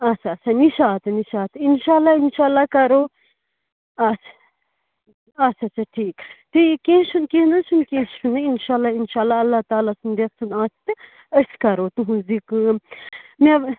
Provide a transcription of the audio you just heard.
آچھا آچھا نِشاط نِشاط اِنشاء اللہ اِنشاء اللہ کَرو آچھا آچھا آچھا ٹھیٖک ٹھیٖک کیٚنٛہہ چھُنہٕ کیٚنٛہہ نہٕ حظ چھُنہٕ کیٚنٛہہ چھُنہٕ اِنشاء اللہ اِنشاء اللہ اللہ تعالیٰ سُنٛد یَژھُن آسہِ تہِ أسۍ کَرو تُہٕنٛز یہِ کٲم مےٚ